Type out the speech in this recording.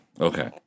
Okay